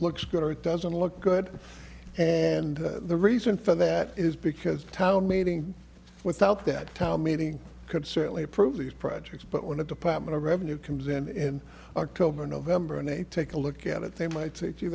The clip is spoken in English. looks good or it doesn't look good and the reason for that is because a town meeting without that town meeting could certainly approve these projects but when the department of revenue comes in october november and they take a look at it they might say